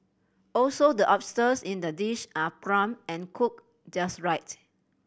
also the oysters in the dish are plump and cooked just right